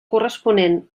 corresponent